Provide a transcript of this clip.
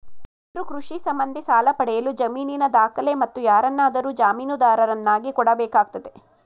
ರೈತ್ರು ಕೃಷಿ ಸಂಬಂಧಿ ಸಾಲ ಪಡೆಯಲು ಜಮೀನಿನ ದಾಖಲೆ, ಮತ್ತು ಯಾರನ್ನಾದರೂ ಜಾಮೀನುದಾರರನ್ನಾಗಿ ಕೊಡಬೇಕಾಗ್ತದೆ